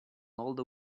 older